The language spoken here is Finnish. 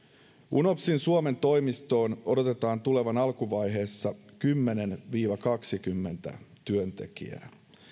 unopsin suomen toimistoon odotetaan tulevan alkuvaiheessa kymmenen viiva kaksikymmentä työntekijää